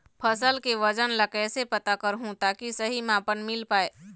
फसल के वजन ला कैसे पता करहूं ताकि सही मापन मील पाए?